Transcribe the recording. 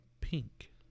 pink